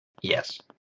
Yes